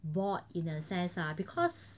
bored in a sense ah because